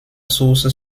source